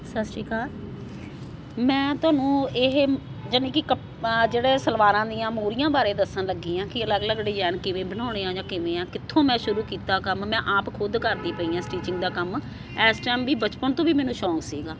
ਸਤਿ ਸ਼੍ਰੀ ਅਕਾਲ ਮੈਂ ਤੁਹਾਨੂੰ ਇਹ ਯਾਨੀ ਕਿ ਕਪ ਜਿਹੜੇ ਸਲਵਾਰਾਂ ਦੀਆਂ ਮੂਹਰੀਆਂ ਬਾਰੇ ਦੱਸਣ ਲੱਗੀ ਹਾਂ ਕਿ ਅਲੱਗ ਅਲੱਗ ਡਿਜ਼ਾਇਨ ਕਿਵੇਂ ਬਣਾਉਣੇ ਆ ਜਾਂ ਕਿਵੇਂ ਆ ਕਿੱਥੋਂ ਮੈਂ ਸ਼ੁਰੂ ਕੀਤਾ ਕੰਮ ਮੈਂ ਆਪ ਖੁਦ ਕਰਦੀ ਪਈ ਹਾਂ ਸਟਿਚਿੰਗ ਦਾ ਕੰਮ ਇਸ ਟਾਈਮ ਵੀ ਬਚਪਨ ਤੋਂ ਵੀ ਮੈਨੂੰ ਸ਼ੌਕ ਸੀਗਾ